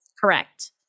correct